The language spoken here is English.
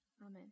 Amen